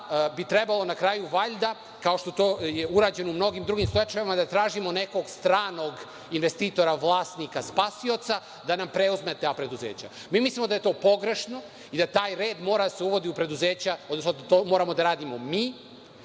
bi trebalo na kraju, valjda, kao što je to urađeno u mnogim drugim slučajevima, da tražimo nekog stranog investitora, vlasnika, spasioca da nam preuzme ta preduzeća. Mi mislimo da je to pogrešno i da taj red mora da se uvodi u preduzeća, odnosno to moramo da radimo mi